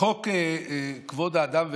חוק כבוד האדם וחירותו,